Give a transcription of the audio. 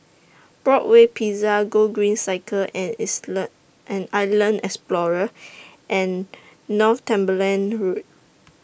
Broadway Pizza Gogreen Cycle and Islam and Island Explorer and Northumberland Road